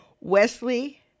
Wesley